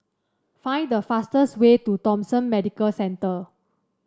find the fastest way to Thomson Medical Centre